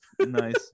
Nice